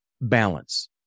Balance